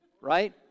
Right